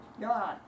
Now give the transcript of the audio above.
God